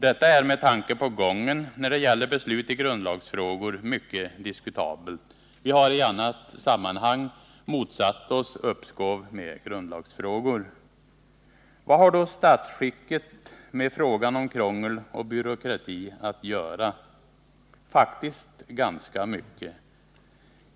Detta är med tanke på gången när det gäller beslut i grundlagsfrågor mycket diskutabelt. Vi har i annat sammanhang motsatt oss uppskov med grundlagsfrågor. Vad har då statsskicket med frågan om krångel och byråkrati att göra? Det Nr 152 är faktiskt ganska mycket.